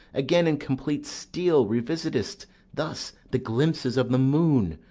again in complete steel, revisit'st thus the glimpses of the moon,